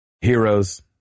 Heroes